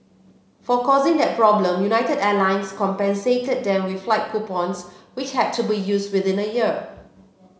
for causing that problem United Airlines compensated them with flight coupons which had to be used within a year